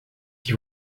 qui